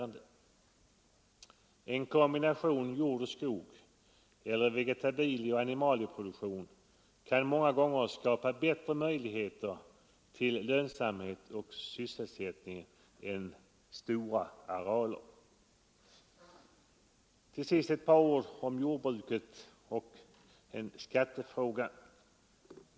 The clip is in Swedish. En kombination jord och skog eller vegetabilieoch animalieproduktion kan många gånger skapa bättre möjligheter till lönsamhet och sysselsättning än stora arealer. Till sist ett par ord om jordbruket och skattefrågan.